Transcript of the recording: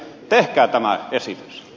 tehkää tämä esitys